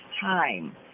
time